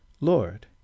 Lord